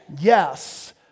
Yes